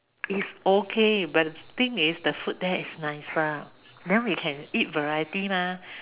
it's okay but the thing is the food there is nicer then we can eat variety mah